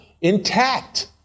intact